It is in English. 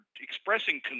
expressing